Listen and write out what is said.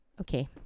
okay